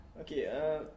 Okay